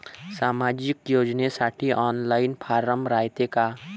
सामाजिक योजनेसाठी online form रायते का?